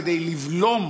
כדי לבלום